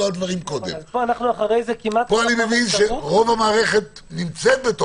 פה אני מבין שרוב המערכת נמצאת.